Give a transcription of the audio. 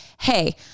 hey